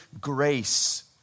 grace